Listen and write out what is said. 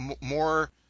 more